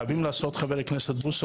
חייבים לעשות - וחבר הכנסת בוסו,